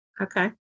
Okay